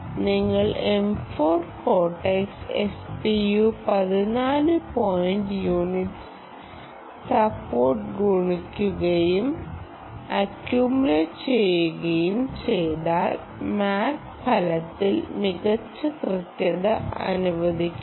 നിങ്ങൾ M 4 cortex FPU 14 point unit support ഗുണിക്കുകയും accumulate ചെയ്യുകയും ചെയ്താൽ മാക് ഫലത്തിൽ മികച്ച കൃത്യത അനുവദിക്കുന്നു